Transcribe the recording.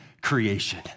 creation